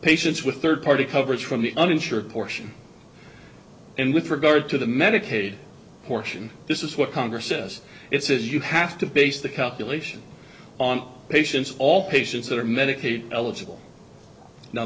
patients with third party coverage from the uninsured portion and with regard to the medicaid portion this is what congress says it says you have to base the calculation on patients all patients that are medicaid eligible now